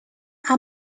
are